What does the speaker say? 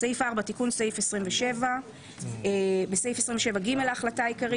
תיקון סעיף 27 4. בסעיף 27(ג) להחלטה העיקרית,